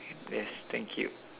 yes thank you